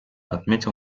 отметил